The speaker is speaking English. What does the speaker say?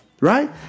right